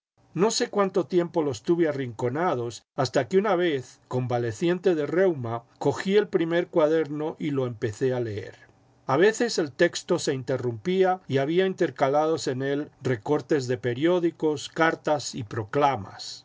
no sé cuánto tiempo los tuve arrinconados hasta que una vez convaleciente del reuma cogí el primer cuaderno y lo empecé a leer a veces el texto se interrumpía y había intercalados en el recortes de periódicos cartas y proclamas